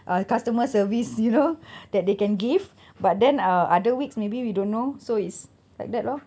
uh customer service you know that they can give but then uh other weeks maybe we don't know so it's like that lor